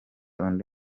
undi